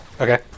Okay